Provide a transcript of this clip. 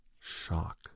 shock